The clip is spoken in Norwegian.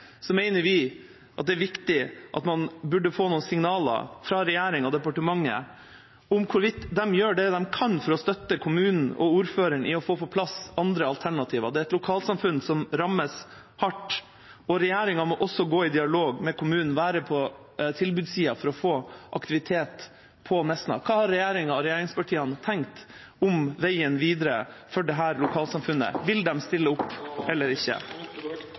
vi at man burde få noen signaler fra regjeringa og departementet om hvorvidt de gjør det de kan for å støtte kommunen og ordføreren i å få på plass andre alternativer. Dette er et lokalsamfunn som rammes hardt, og regjeringa må gå i dialog med kommunen og være på tilbudssida for å få aktivitet på Nesna. Hva har regjeringa og regjeringspartiene tenkt om veien videre for dette lokalsamfunnet? Vil de stille opp, eller vil de ikke?